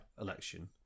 election